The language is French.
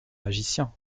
magicien